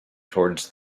towards